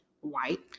white